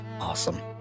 Awesome